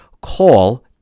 call